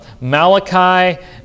Malachi